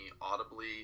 audibly